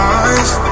eyes